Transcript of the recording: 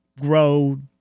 grow